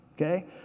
Okay